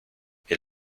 est